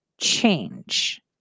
change